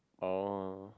oh